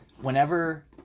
whenever